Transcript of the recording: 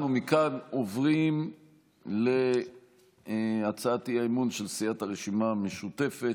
אנחנו מכאן עוברים להצעת אי-אמון של סיעת הרשימה המשותפת,